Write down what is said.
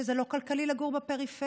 שזה לא כלכלי לגור בפריפריה,